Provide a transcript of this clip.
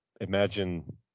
imagine